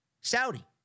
Saudi